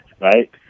Right